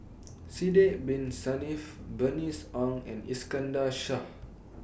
Sidek Bin Saniff Bernice Ong and Iskandar Shah